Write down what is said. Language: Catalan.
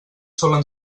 solen